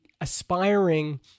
aspiring